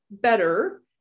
better